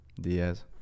Diaz